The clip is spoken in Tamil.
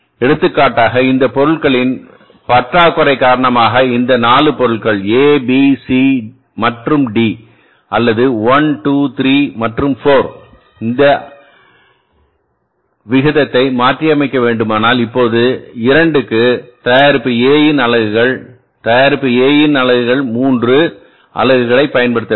எடுத்துக்காட்டாக இந்த பொருட்களின் பற்றாக்குறை காரணமாக இந்த 4 பொருள் ஏ பி சி மற்றும் டி அல்லது 1 2 3 மற்றும் 4 நீங்கள் அந்த விகிதத்தை மாற்றியமைக்க வேண்டுமானால் இப்போது 2 க்கு தயாரிப்பு A இன் அலகுகள்தயாரிப்பு A இன் நீங்கள்3 அலகுகளைப் பயன்படுத்த வேண்டும்